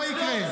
לא יקרה.